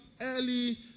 early